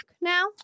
now